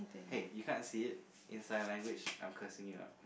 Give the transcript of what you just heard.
hey you can't see it in sign language I'm cursing you or not